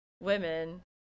women